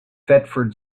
thetford